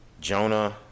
Jonah